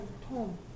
home